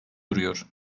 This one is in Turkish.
duruyor